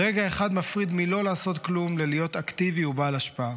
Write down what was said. רגע אחד מפריד מלא לעשות כלום ללהיות אקטיבי ובעל השפעה,